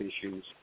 issues